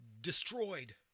destroyed